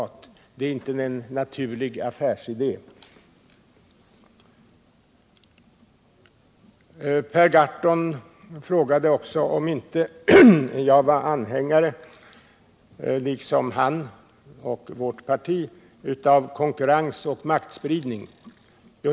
Ett sådant överensstämmer inte med någon naturlig affärsidé. Per Gahrton frågade också om jag liksom han och vårt parti inte var anhängare av konkurrens och maktspridning.